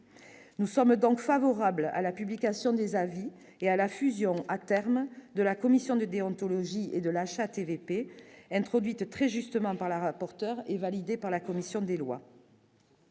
nous sommes donc favorables à la publication des avis et à la fusion à terme de la commission de déontologie et de l'HATVP introduites très justement par la rapporteure et validé par la commission des lois.